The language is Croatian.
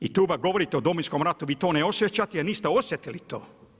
I tu govorite o Domovinskom ratu, vi to ne osjećate, jer niste osjetili to.